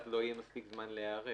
אז לא יהיה מספיק זמן להיערך.